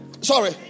Sorry